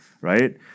right